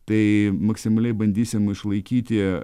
tai maksimaliai bandysim išlaikyti